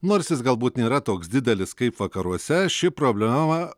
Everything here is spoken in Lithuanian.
nors jis galbūt nėra toks didelis kaip vakaruose ši problema